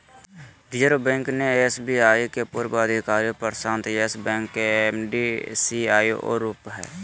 reserve Bank ने SBI के पूर्व अधिकारी प्रशांत यस बैंक के एम.डी, सी.ई.ओ रूप हइ